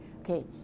Okay